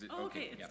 Okay